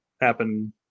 happen